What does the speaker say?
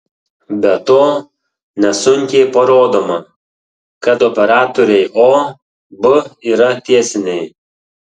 be to nesunkiai parodoma kad operatoriai o b yra tiesiniai